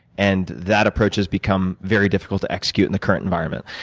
and that approach has become very difficult to execute in the current environment.